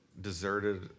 deserted